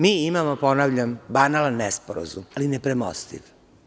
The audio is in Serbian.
Mi imamo, ponavljam, banalan nesporazum, ali nepremostiv.